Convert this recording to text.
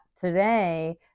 today